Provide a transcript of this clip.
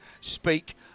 speak